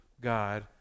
God